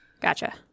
Gotcha